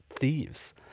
thieves